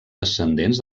descendents